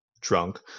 drunk